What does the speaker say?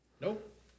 Nope